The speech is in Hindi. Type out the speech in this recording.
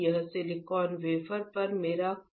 यह सिलिकॉन वेफर पर मेरा क्रोम सोना है